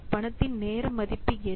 பணத்தின் நேரமதிப்பு என்ன